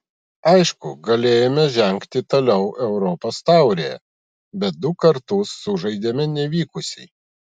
aišku galėjome žengti toliau europos taurėje bet du kartus sužaidėme nevykusiai